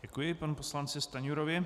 Děkuji panu poslanci Stanjurovi.